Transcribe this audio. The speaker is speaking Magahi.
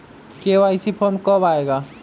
के.वाई.सी फॉर्म कब आए गा?